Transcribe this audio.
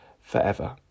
forever